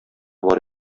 бар